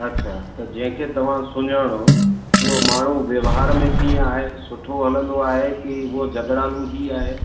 अछा त जंहिंखे तव्हां सुञाणो उहो माण्हू व्यवहार में कीअं आहे सुठो हलंदो आहे की उहो झॻड़ालू ई आहे